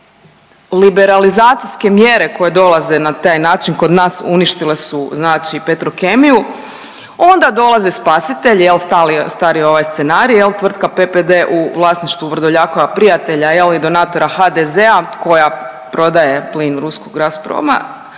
kupce. Liberalizacijske mjere koje dolaze na taj način kod nas uništile su Petrokemiju, onda dolaze spasitelji jel stari ovaj scenarij tvrtka PPD u vlasništvu Vrdoljakova prijatelja i donatora HDZ-a koja prodaje plin ruskog Gazproma,